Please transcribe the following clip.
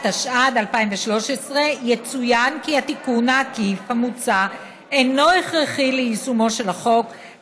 התשע"ד 2013. יצוין כי התיקון העקיף המוצע אינו הכרחי ליישומו של החוק,